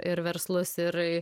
ir verslus ir